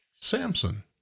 Samson